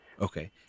okay